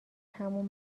همون